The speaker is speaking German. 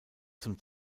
zum